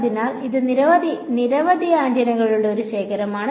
അതിനാൽ ഇത് നിരവധി നിരവധി ആന്റിനകളുടെ ഒരു ശേഖരമാണ്